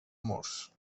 murs